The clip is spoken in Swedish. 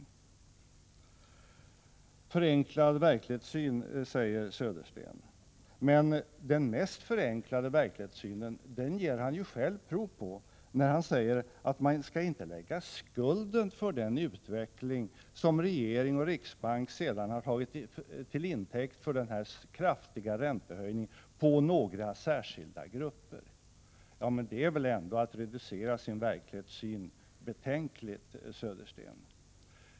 Bo Södersten talar om förenklad verklighetssyn, men den mest förenklade verklighetssynen ger han själv prov på när han säger att man inte skall lägga skulden för den utveckling, som regeringen och riksbanken har tagit till intäkt för denna kraftiga räntehöjning, på några särskilda grupper. Det är väl ändå att reducera sin verklighetssyn högst betänkligt, herr Södersten?